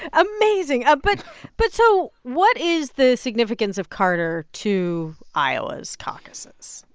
amazing. ah but but so what is the significance of carter to iowa's caucuses?